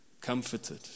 comforted